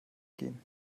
gehen